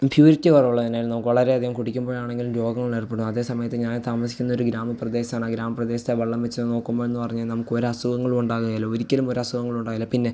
purity കുറവുള്ളത് തന്നെയായിരുന്നു വളരെ അധികം കുടിക്കുമ്പോഴാണെങ്കിലും രോഗങ്ങൾ ഏർപ്പെടും അതേ സമയത്ത് ഞാൻ താമസിക്കുന്നതൊരു ഗ്രാമ പ്രദേശം ആണ് ഗ്രാമ പ്രദേശം വെള്ളം വെച്ച് നോക്കുമ്പോൾ എന്ന് പറഞ്ഞാൽ നമുക്ക് ഒരു അസുഖങ്ങളും ഉണ്ടാകില്ല ഒരിക്കലും ഒരു അസുഖങ്ങളും ഉണ്ടാകില്ല പിന്നെ